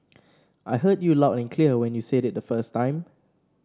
I heard you loud and clear when you said it the first time